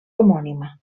homònima